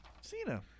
Cena